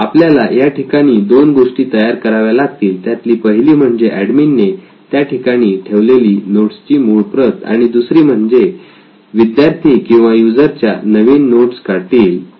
आपल्याला या ठिकाणी दोन गोष्टी तयार कराव्या लागतील त्यातली पहिली म्हणजे एडमिन ने त्या ठिकाणी ठेवलेली नोट्सची मूळ प्रत आणि दुसरी म्हणजे विद्यार्थी किंवा युजर ज्या नवीन नोट्स काढतील ती